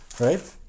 right